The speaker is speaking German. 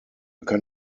kann